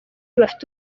bafite